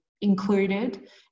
included